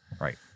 Right